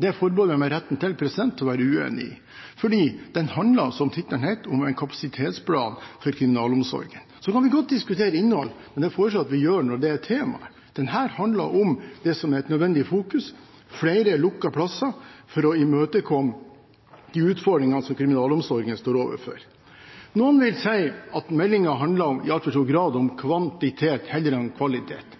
Det forbeholder jeg meg retten til å være uenig i fordi den handler – som tittelen sier – om en kapasitetsplan for kriminalomsorgen. Så kan vi godt diskutere innholdet, men det foreslår jeg at vi gjør når det er tema. Denne handler om det som er et nødvendig fokus: flere lukkede plasser for å imøtekomme de utfordringene som kriminalomsorgen står overfor. Noen vil si at meldingen i altfor stor grad handler om kvantitet heller enn kvalitet.